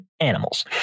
animals